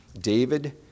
David